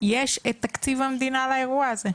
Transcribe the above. יש את תקציב המדינה לאירוע הזה.